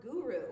guru